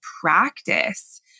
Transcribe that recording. practice